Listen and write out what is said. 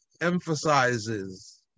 emphasizes